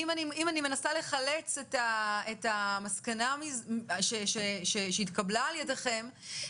אם אני מנסה לחלץ את המסקנה שהתקבלה על ידיכם,